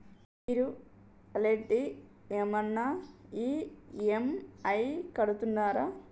మీరు ఆల్రెడీ ఏమైనా ఈ.ఎమ్.ఐ కడుతున్నారా?